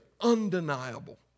undeniable